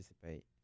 participate